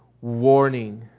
warning